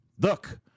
look